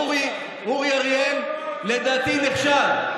אורי אריאל, לדעתי, נכשל.